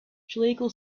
schlegel